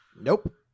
Nope